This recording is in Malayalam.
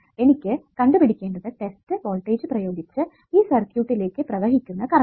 എനിക്ക് കണ്ടുപിടിക്കേണ്ടത് ടെസ്റ്റ് വോൾടേജ് പ്രയോഗിച്ചു ഈ സർക്യൂട്ടിലേക്ക് പ്രവഹിക്കുന്ന കറണ്ട്